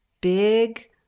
Big